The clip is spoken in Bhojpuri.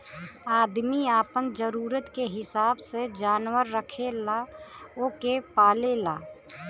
आदमी आपन जरूरत के हिसाब से जानवर रखेला ओके पालेला